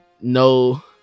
no